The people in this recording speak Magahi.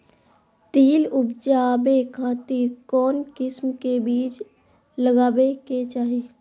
तिल उबजाबे खातिर कौन किस्म के बीज लगावे के चाही?